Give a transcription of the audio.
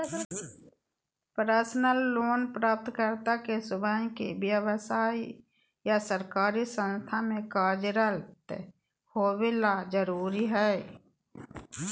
personal loan प्राप्तकर्ता के स्वयं के व्यव्साय या सरकारी संस्था में कार्यरत होबे ला जरुरी हइ